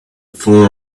phone